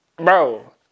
bro